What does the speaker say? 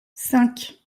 cinq